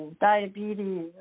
diabetes